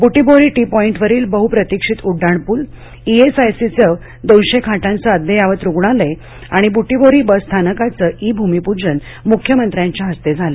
Butibori T पॉईटवरील बहुप्रतिक्षित उड्डाणपूल ईएसआयसीचे दोनशे खाटांचं अद्ययावत रुग्णालय आणि बुटीबोरी बसस्थानकाचे ई भूमीपूजन मुख्य मंत्र्यांच्या हस्ते झालं